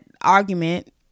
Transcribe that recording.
argument